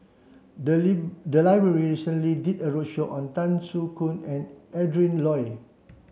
the leave the library recently did a roadshow on Tan Soo Khoon and Adrin Loi